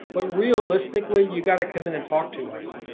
but realistically you got to come in and talk to us.